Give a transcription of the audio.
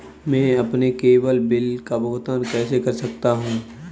मैं अपने केवल बिल का भुगतान कैसे कर सकता हूँ?